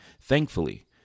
Thankfully